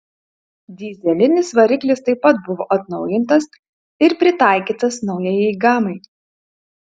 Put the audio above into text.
dyzelinis variklis taip pat buvo atnaujintas ir pritaikytas naujajai gamai